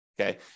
okay